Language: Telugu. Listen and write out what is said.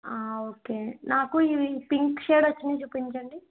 ఓకే నాకు ఇవి ఈ పింక్ షేడ్ వచ్చినవి చూపించండి